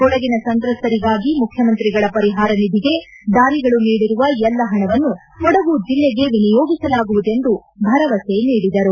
ಕೊಡಗಿನ ಸಂತ್ರಸ್ತರಿಗಾಗಿ ಮುಖ್ಯಮಂತ್ರಿಗಳ ಪರಿಹಾರ ನಿಧಿಗೆ ದಾನಿಗಳು ನೀಡಿರುವ ಎಲ್ಲಾ ಹಣವನ್ನು ಕೊಡಗು ಜಿಲ್ಲೆಗೇ ವಿನಿಯೋಗಿಸಲಾಗುವುದೆಂದು ಭರವಸೆ ನೀಡಿದರು